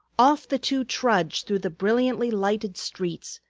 off the two trudged, through the brilliantly lighted streets,